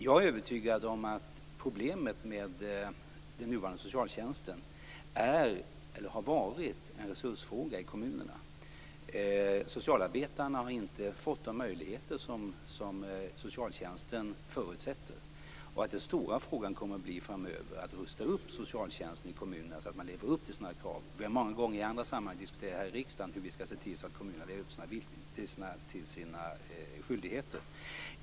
Jag är övertygad om att problemet med den nuvarande socialtjänsten har varit kommunernas resurser. Socialarbetarna har inte fått de möjligheter som socialtjänsten förutsätter. Den stora uppgiften framöver kommer att bli att rusta upp socialtjänsten i kommunerna så att de kan leva upp till sina krav. Vi har många gånger i andra sammanhang här i riksdagen diskuterat hur vi kan se till att kommunerna lever upp till sina skyldigheter.